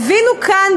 הבינו כאן,